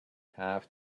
have